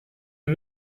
you